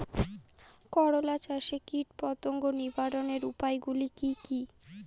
করলা চাষে কীটপতঙ্গ নিবারণের উপায়গুলি কি কী?